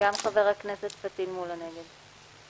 גם חבר הכנסת פטין מולא נגד.